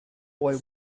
boy